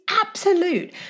absolute